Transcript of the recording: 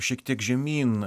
šiek tiek žemyn